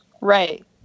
right